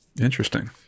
Interesting